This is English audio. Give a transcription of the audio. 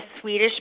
Swedish